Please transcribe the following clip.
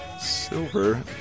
Silver